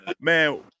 Man